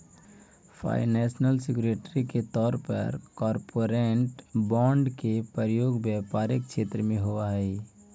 financial security के तौर पर कॉरपोरेट बॉन्ड के प्रयोग व्यापारिक क्षेत्र में होवऽ हई